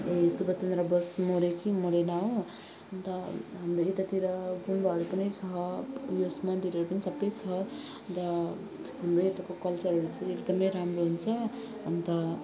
ए सुभाषचन्द्र बोस मऱ्यो कि मरेन हो अन्त हाम्रो यतातिर गुम्बाहरू पनि छ उयो मन्दिरहरू पनि सब छ अन्त हाम्रो यताको कल्चरहरू चाहिँ एकदम राम्रो हुन्छ अन्त